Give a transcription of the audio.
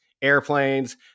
Airplanes